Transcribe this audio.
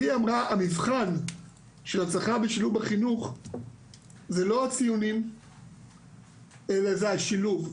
והיא אמרה: המבחן של הצלחה בשילוב בחינוך זה לא הציונים אלא זה השילוב.